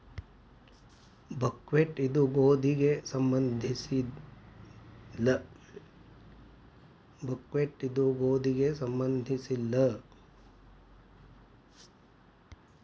buckwheat ಇದು ಗೋಧಿಗೆ ಸಂಬಂಧಿಸಿಲ್ಲ